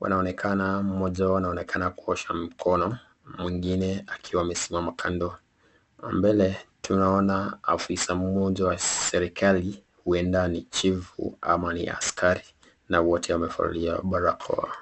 wanaonekana mmoja wao anaonekana kuosha mkono mwingine amesimama kando. Na mbele tunaona ofisa mmoja wa serikali huenda ni chifu au askari na wote wamevalia barakoa.